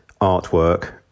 artwork